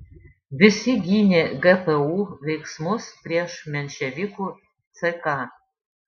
visi gynė gpu veiksmus prieš menševikų ck